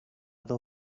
dos